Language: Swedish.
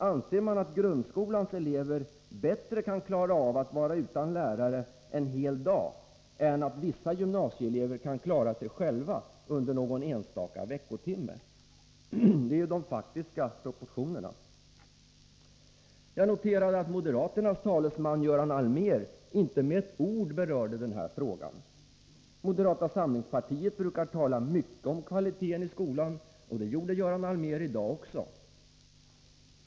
Anser man att grundskolans elever bättre kan klara av att vara utan lärare en hel dag än vissa gymnasieelever kan klara att sköta sig själva under någon enstaka veckotimme? Det är de faktiska proportionerna. Jag noterade att moderaternas talesman Göran Allmér inte med ett ord berörde den här frågan. Moderata samlingspartiet brukar tala mycket om kvaliteten i skolan — och det gjorde också Göran Allmér i dag.